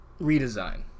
redesign